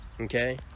okay